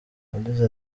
yagize